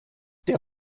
der